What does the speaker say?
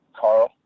Carl